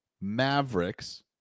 Mavericks